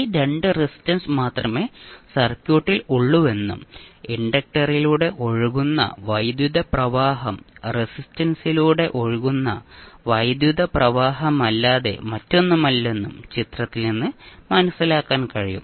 ഈ 2 റെസിസ്റ്റൻസ് മാത്രമേ സർക്യൂട്ടിൽ ഉള്ളൂവെന്നും ഇൻഡക്റ്ററിലൂടെ ഒഴുകുന്ന വൈദ്യുതപ്രവാഹം റെസിസ്റ്റൻസിലൂടെ ഒഴുകുന്ന വൈദ്യുത പ്രവാഹമല്ലാതെ മറ്റൊന്നുമല്ലെന്നും ചിത്രത്തിൽ നിന്ന് മനസ്സിലാക്കാൻ കഴിയും